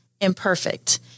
imperfect